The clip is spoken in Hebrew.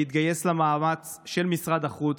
להתגייס למאמץ של משרד החוץ,